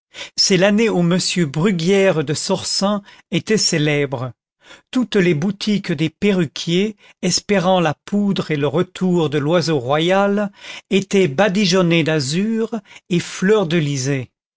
c'est l'année où m bruguière de sorsum était célèbre toutes les boutiques des perruquiers espérant la poudre et le retour de l'oiseau royal étaient badigeonnées d'azur et fleurdelysées c'était le